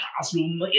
classroom